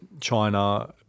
China